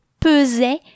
pesait